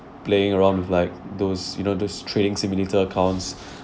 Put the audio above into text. playing around with like those you know those trading simulator accounts